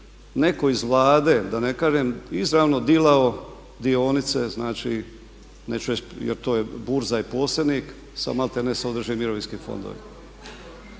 netko iz Vlade da ne kažem izravno dilao dionice neću reći jer to burza je posrednik sa maltene određenim mirovinskim fondovima.